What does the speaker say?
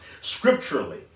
scripturally